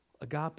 Agape